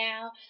now